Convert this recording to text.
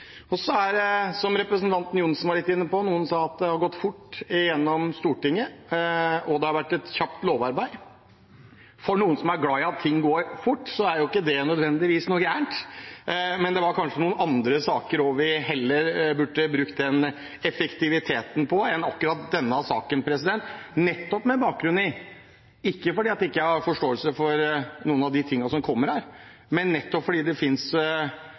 Som representanten Johnsen var inne på: Noen sa at det har gått fort igjennom Stortinget, at det har vært et kjapt lovarbeid. For noen som er glad i at ting går fort, er ikke det nødvendigvis galt, men det er kanskje andre saker vi heller burde brukt den effektiviteten på enn akkurat denne – ikke fordi jeg ikke har forståelse for noen av de tingene som kommer her, men med bakgrunn i at det